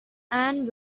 and